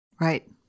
Right